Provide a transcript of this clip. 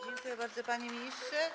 Dziękuję bardzo, panie ministrze.